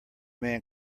man